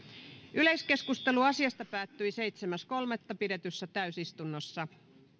yleiskeskustelu asiasta päättyi seitsemäs kolmatta kaksituhattayhdeksäntoista pidetyssä täysistunnossa